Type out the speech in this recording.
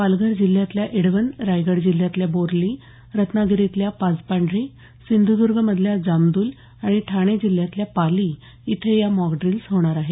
पालघर जिल्ह्यातल्या एडवन रायगड जिल्ह्यातल्या बोरली रत्नागिरीतल्या पाजपांढरी सिंधूदर्ग मधल्या जामदल आणि ठाणे जिल्ह्यातल्या पाली इथे या मॉकड़िल्स होणार आहेत